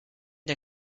der